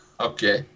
Okay